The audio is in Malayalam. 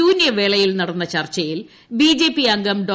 ശൂന്യവേളയിൽ നടന്ന ചർച്ചയിൽ ബിജെപി അംഗം ഡോ